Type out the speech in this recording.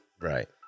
Right